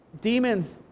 demons